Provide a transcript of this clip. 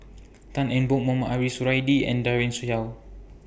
Tan Eng Bock Mohamed Ariff Suradi and Daren Shiau